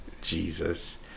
Jesus